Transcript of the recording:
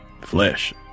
flesh